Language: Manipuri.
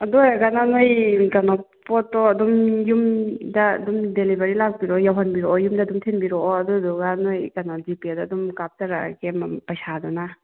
ꯑꯗꯣ ꯑꯣꯏꯔꯒꯅ ꯅꯣꯏ ꯀꯩꯅꯣ ꯄꯣꯠꯇꯣ ꯑꯗꯨꯝ ꯌꯨꯝꯗ ꯑꯗꯨꯝ ꯗꯦꯂꯤꯚꯔꯤ ꯂꯥꯛꯄꯤꯔꯣ ꯌꯧꯍꯟꯕꯤꯔꯛꯑꯣ ꯌꯨꯝꯗ ꯑꯗꯨꯝ ꯊꯣꯟꯕꯤꯔꯛꯑꯣ ꯑꯗꯨꯗꯨꯒ ꯅꯣꯏ ꯀꯩꯅꯣ ꯖꯤꯄꯦꯗ ꯑꯗꯨꯝ ꯀꯥꯞꯆꯔꯛꯑꯒꯦ ꯄꯩꯁꯥꯗꯨꯅ